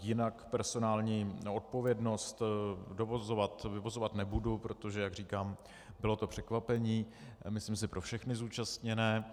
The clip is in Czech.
Jinak personální odpovědnost vyvozovat nebudu, protože, jak říkám, bylo to překvapení, myslím si, pro všechny zúčastněné.